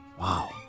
Wow